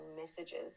messages